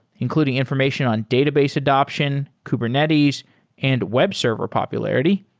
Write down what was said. including information on database adaption, kubernetes and web server popularity.